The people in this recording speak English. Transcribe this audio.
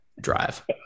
drive